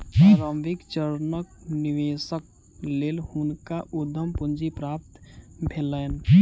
प्रारंभिक चरणक निवेशक लेल हुनका उद्यम पूंजी प्राप्त भेलैन